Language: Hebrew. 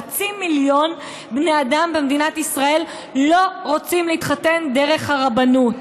חצי מיליון בני אדם במדינת ישראל לא רוצים להתחתן דרך הרבנות.